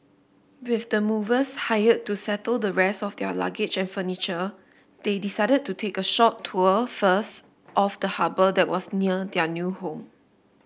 with the movers hired to settle the rest of their luggage and furniture they decided to take a short tour first of the harbour that was near their new home